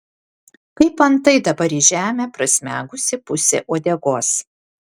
kaip antai dabar į žemę prasmegusi pusė uodegos